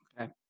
okay